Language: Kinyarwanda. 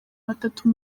batatu